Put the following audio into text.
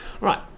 right